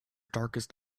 darkest